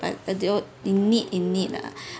like they were in need in need lah